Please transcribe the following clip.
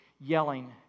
yelling